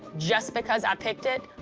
just because i picked it,